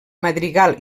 madrigal